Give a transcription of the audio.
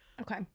okay